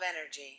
energy